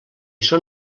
són